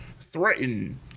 threaten